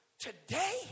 today